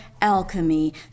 alchemy